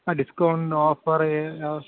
discount offer